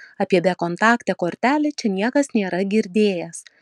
apie bekontaktę kortelę čia niekas nėra girdėjęs